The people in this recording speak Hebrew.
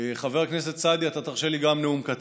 חבר הכנסת סעדי, אתה תרשה לי גם נאום קצר.